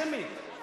שמית,